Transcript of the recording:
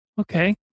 Okay